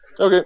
Okay